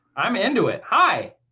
i'm into it. hi!